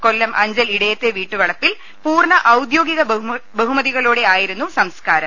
കൊല്ലം അഞ്ചൽ ഇടയത്തെ വീട്ടുവളപ്പിൽ പൂർണ്ണ ഔദ്യോഗിക ബഹുമതികളോടെ ആയിരുന്നു സംസ്ക്കാരം